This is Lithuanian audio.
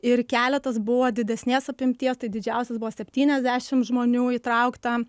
ir keletas buvo didesnės apimties tai didžiausias buvo septyniasdešim žmonių įtraukta